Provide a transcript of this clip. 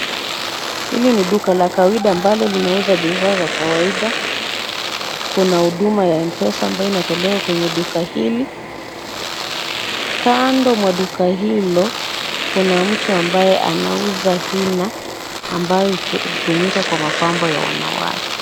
Hili ni duka la kawaida ambalo linauza bidhaa za kawaida, kuna huduma ya M-Pesa ambayo inatolewa kwenye duka hili, kando mwa duka hilo kuna mtu ambaye anauza henna ambayo hutumika kwa mapambo ya wanawake.